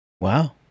Wow